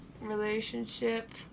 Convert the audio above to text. relationship